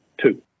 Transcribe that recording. two